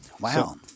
Wow